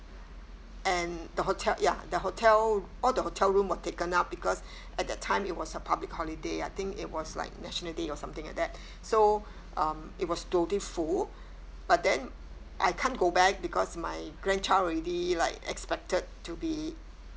and the hotel ya the hotel all the hotel room were taken up because at the time it was a public holiday I think it was like national day or something like that so um it was totally full but then I can't go back because my grandchild already like expected to be